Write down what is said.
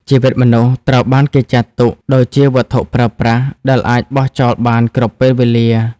ជីវិតមនុស្សត្រូវបានគេចាត់ទុកដូចជាវត្ថុប្រើប្រាស់ ដែលអាចបោះចោលបានគ្រប់ពេលវេលា។